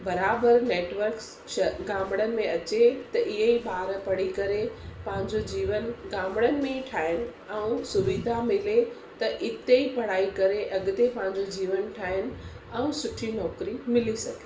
बराबरि नैटवर्क्स श घामड़नि में अचे त इहे ई ॿार पढ़ी करे पंहिंजो जीवन घामड़नि में ई ठाहियो ऐं सुविधा मिले त इते ई पढ़ाई करे अॻिते पंहिंजो जीवन ठाइनि ऐं सुठी नौकरी मिली सघे